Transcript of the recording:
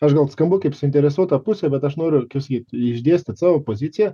aš gal skambu kaip suinteresuota pusė bet aš noriu kaip sakyt išdėstyt savo poziciją